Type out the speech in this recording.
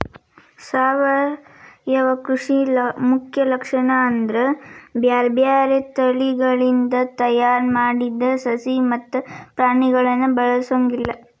ಸಾವಯವ ಕೃಷಿ ಮುಖ್ಯ ಲಕ್ಷಣ ಅಂದ್ರ ಬ್ಯಾರ್ಬ್ಯಾರೇ ತಳಿಗಳಿಂದ ತಯಾರ್ ಮಾಡಿದ ಸಸಿ ಮತ್ತ ಪ್ರಾಣಿಗಳನ್ನ ಬಳಸೊಂಗಿಲ್ಲ